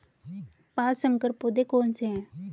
पाँच संकर पौधे कौन से हैं?